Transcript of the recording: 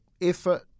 effort